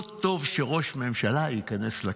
לא טוב שראש ממשלה ייכנס לכלא.